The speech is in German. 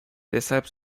deshalb